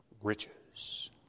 Riches